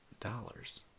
dollars